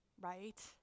Right